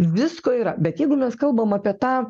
visko yra bet jeigu mes kalbam apie tą